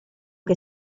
che